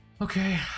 okay